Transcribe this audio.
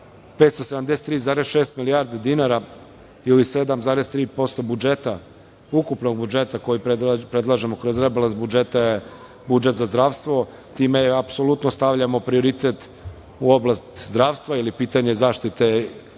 573,6 milijarde dinara ili 7,3% budžeta, ukupnog budžeta koji predlažemo kroz rebalans budžeta je budžet za zdravstvo. Time apsolutno stavljamo prioritet u oblast zdravstva ili pitanje zaštite i unapređenje,